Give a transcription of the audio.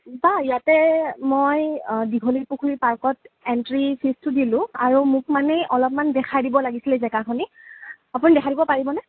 বা ইয়াতে মই দীঘলীপুখুৰীৰ পাৰ্কত এন্ত্ৰি ফিজটো দিলোঁ আৰু মোক মানে অলপমান দেখাই দিব লাগিছিলে জেগাখনি আপুনি দেখাই দিব পাৰিবনে